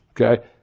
Okay